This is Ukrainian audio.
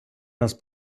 раз